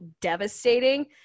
devastating